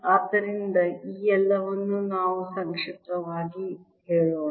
ಆದ್ದರಿಂದ ಈ ಎಲ್ಲವನ್ನು ನಾವು ಸಂಕ್ಷಿಪ್ತವಾಗಿ ಹೇಳೋಣ